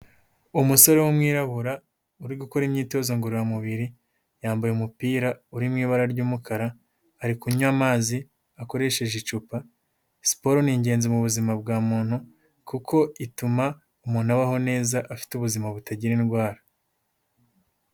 Umusore w'umwirabura uri gukora imyitozo ngororamubiri, yambaye umupira uri mu ibara ry'umukara, ari kunywa amazi akoresheje icupa, siporo ni ingenzi mu buzima bwa muntu kuko ituma umuntu abaho neza, afite ubuzima butagira indwara.